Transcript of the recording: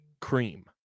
Cream